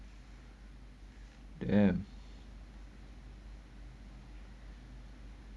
damn